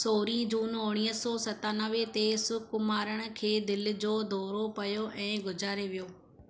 सोरीं जून उणिवीह सौ सतानवें ते सुकुमारन खे दिलि जो दौरो पयो ऐं गुज़ारे वियो